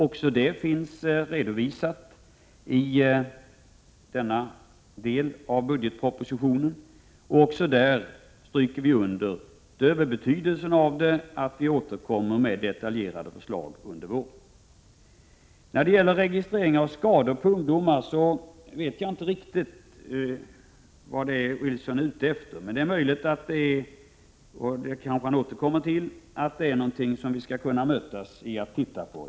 Också det finns redovisat i denna del av budgetpropositionen. Också där stryker vi under, utöver betydelsen av det, att vi återkommer med detaljerade förslag under våren. Vad beträffar registrering av skador på ungdomar vet jag inte riktigt vad det är Carl-Johan Wilson är ute efter, men det kanske han återkommer till. Det är möjligt att det är någonting som vi kan enas om att titta på.